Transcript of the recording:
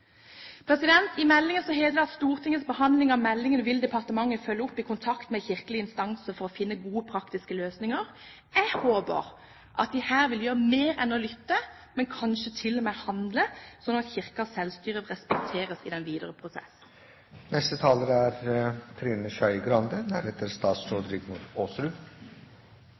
I meldingen heter det at etter Stortingets behandling av meldingen vil departementet følge opp saken i kontakt med kirkelige instanser for å finne gode, praktiske løsninger. Jeg håper at de her vil gjøre mer enn å lytte – kanskje til og med handle – slik at Kirkens selvstyre respekteres i den videre